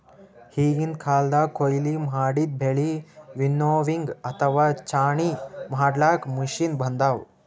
ಈಗಿನ್ ಕಾಲ್ದಗ್ ಕೊಯ್ಲಿ ಮಾಡಿದ್ದ್ ಬೆಳಿ ವಿನ್ನೋವಿಂಗ್ ಅಥವಾ ಛಾಣಿ ಮಾಡ್ಲಾಕ್ಕ್ ಮಷಿನ್ ಬಂದವ್